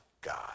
God